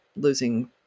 losing